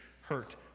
hurt